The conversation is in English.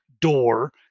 door